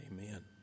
Amen